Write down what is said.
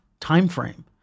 timeframe